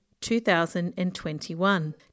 2021